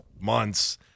months